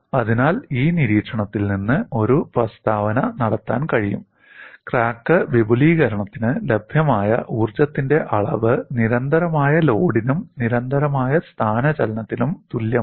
അതിനാൽ ഈ നിരീക്ഷണത്തിൽ നിന്ന് ഒരു പ്രസ്താവന നടത്താൻ കഴിയും ക്രാക്ക് വിപുലീകരണത്തിന് ലഭ്യമായ ഊർജ്ജത്തിന്റെ അളവ് നിരന്തരമായ ലോഡിനും നിരന്തരമായ സ്ഥാനചലനത്തിനും തുല്യമാണ്